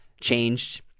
changed